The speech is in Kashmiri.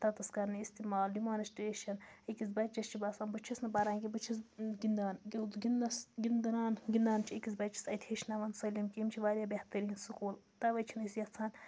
تَتٮ۪س کَرنہٕ استعمال ڈِمانَسٹرٛیشَن أکِس بَچَس چھِ باسان بہٕ چھُس نہٕ پَران کینٛہہ بہٕ چھُس گِنٛدان گِنٛدنَس گِنٛدنان گِنٛدان چھِ أکِس بَچَس اَتہِ ہیٚچھناوان سٲلِم کہِ یِم چھِ واریاہ بہتریٖن سکوٗل تَوَے چھِنہٕ أسۍ یَژھان